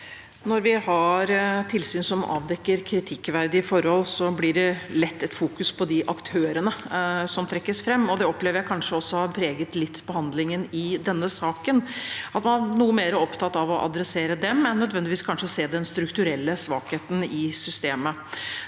Når vi har tilsyn som avdekker kritikkverdige forhold, blir det lett et fokus på de aktørene som trekkes fram, og det opplever jeg kanskje også har preget litt av behandlingen i denne saken – at man er noe mer opptatt av å adressere dem enn kanskje nødvendigvis å se den strukturelle svakheten i systemet.